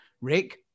Rick